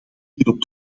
hierop